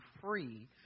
free